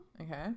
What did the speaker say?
Okay